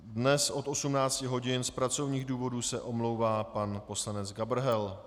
Dnes se od 18 hodin z pracovních důvodů omlouvá pan poslanec Gabrhel.